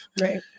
Right